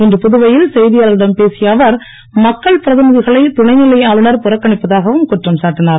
இன்று புதுவையில் செய்தியாளர்களிடம் பேசிய அவர் மக்கள் பிரதிநிதிகளை துணைநிலை ஆளுநர் புறக்கணிப்பதாகவும் குற்றம் சாட்டினார்